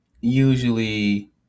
usually